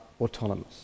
autonomous